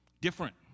Different